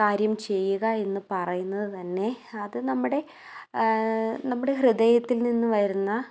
കാര്യം ചെയ്യുക എന്ന് പറയുന്നത് തന്നെ അത് നമ്മുടെ നമ്മുടെ ഹൃദയത്തിൽ നിന്ന് വരുന്ന